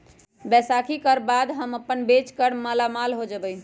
बैसाखी कर बाद हम अपन बेच कर मालामाल हो जयबई